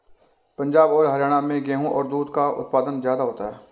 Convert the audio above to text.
पंजाब और हरयाणा में गेहू और दूध का उत्पादन ज्यादा होता है